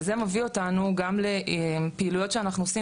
וזה מביא אותנו גם לפעילויות שאנחנו עושים